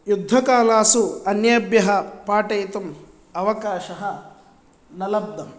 युद्धकालासु अन्येभ्यः पाठयितुम् अवकाशः न लब्धम्